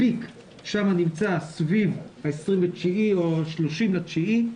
הפיק שם נמצא סביב ה-29.9 או ה-30.9,